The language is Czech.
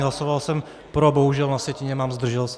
Hlasoval jsem pro a bohužel na sjetině mám zdržel se.